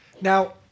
Now